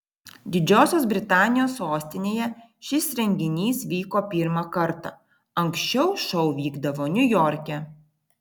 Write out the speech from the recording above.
didžiosios britanijos sostinėje šis renginys vyko pirmą kartą anksčiau šou vykdavo niujorke